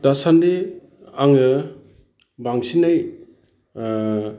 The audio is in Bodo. दा सान्दि आङो बांसिनै